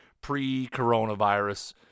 pre-coronavirus